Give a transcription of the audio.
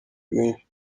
rwinshi